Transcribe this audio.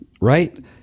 right